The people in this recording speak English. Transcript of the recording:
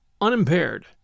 unimpaired